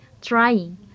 trying